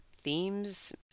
themes